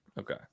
Okay